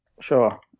Sure